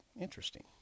Interesting